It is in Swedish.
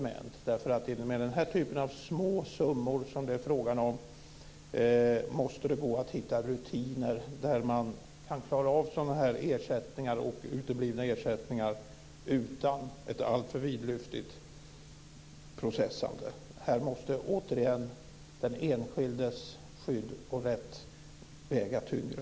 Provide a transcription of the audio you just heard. Med de små summor som det är fråga om måste det gå att hitta rutiner för att klara sådana här ersättningar och uteblivna ersättningar utan ett alltför vidlyftigt processande. Här måste återigen den enskildes skydd och rätt väga tyngre.